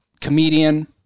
comedian